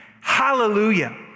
Hallelujah